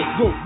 go